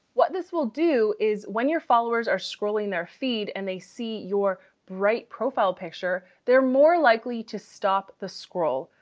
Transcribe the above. what this will do is when your followers are scrolling their feed and they see your bright profile picture, they're more likely to stop the scroll.